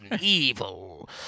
Evil